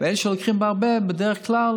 ואלה שלוקחים הרבה, בדרך כלל